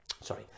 sorry